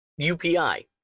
UPI